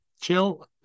Chill